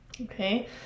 okay